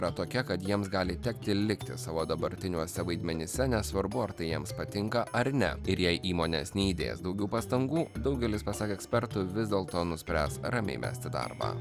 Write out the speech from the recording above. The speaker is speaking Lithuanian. yra tokia kad jiems gali tekti likti savo dabartiniuose vaidmenyse nesvarbu ar tai jiems patinka ar ne ir jei įmonės neįdės daugiau pastangų daugelis pasak ekspertų vis dėlto nuspręs ramiai mesti darbą